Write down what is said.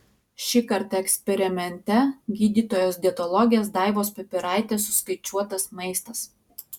šįkart eksperimente gydytojos dietologės daivos pipiraitės suskaičiuotas maistas